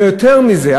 ויותר מזה,